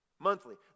Monthly